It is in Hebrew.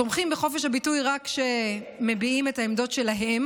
תומכים בחופש הביטוי רק כשמביעים את העמדות שלהם